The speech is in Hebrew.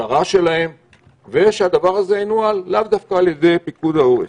- כדי שהדבר הזה ינוע לאו דווקא על ידי פיקוד העורף.